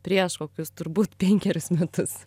prieš kokius turbūt penkerius metus